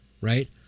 right